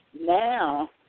Now